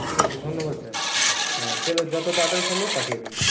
ঠিক আছে ধন্যবাদ স্যার হ্যাঁ যত তাড়াতাড়ি সম্ভব পাঠিয়ে দিন